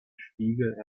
spiegel